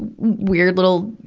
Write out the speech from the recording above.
weird little,